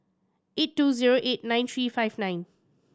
eight two zero eight nine three five nine